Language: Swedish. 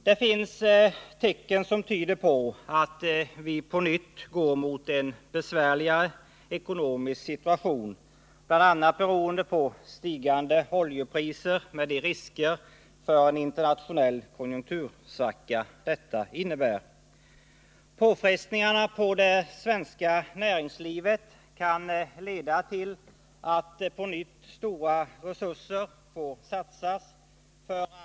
Det finns tecken som tyder på att vi på nytt går mot en besvärligare ekonomisk situation, bl.a. beroende på stigande oljepriser med de risker för en internationell konjunktursvacka detta innebär. Påfrestningarna på det svenska näringslivet kan leda till att på nytt stora resurser får satsas för att sysselsättningen skall kunna upprätthållas.